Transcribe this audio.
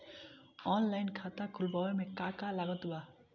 Online खाता खुलवावे मे का का लागत बा?